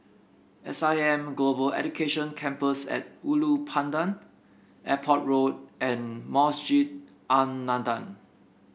S I M Global Education Campus at Ulu Pandan Airport Road and Masjid An Nahdhah